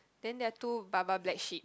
then there are two baba black sheeps